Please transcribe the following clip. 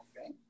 Okay